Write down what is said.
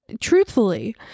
truthfully